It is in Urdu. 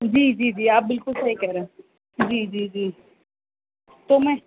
جی جی جی آپ بالکل صحیح کہہ رہے ہیں جی جی جی تو میں